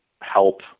help